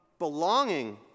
belonging